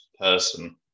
person